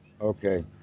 Okay